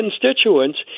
constituents